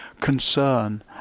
concern